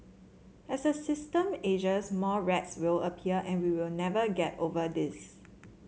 as the system ages more rats will appear and we will never get over this